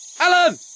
Alan